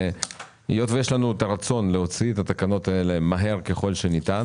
היות ויש לנו רצון להוציא את התקנות האלה מהר ככל שניתן,